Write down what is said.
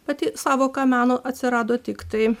pati sąvoka meno atsirado tiktai